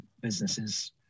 businesses